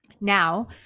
now